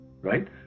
right